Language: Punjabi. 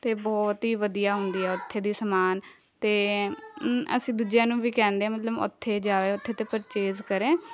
ਅਤੇ ਬਹੁਤ ਹੀ ਵਧੀਆ ਹੁੰਦੀ ਆ ਉੱਥੇ ਦੀ ਸਮਾਨ ਅਤੇ ਅਸੀਂ ਦੂਜਿਆਂ ਨੂੰ ਵੀ ਕਹਿੰਦੇ ਆ ਮਤਲਬ ਉੱਥੇ ਜਾਵੇ ਉੱਥੇ ਤੋਂ ਪਰਚੇਜ਼ ਕਰੇ